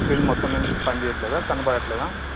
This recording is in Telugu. స్క్రీన్ మొత్తం ఏమి పనిచేయట్లేదా కనబడట్లేదా